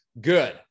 good